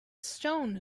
stone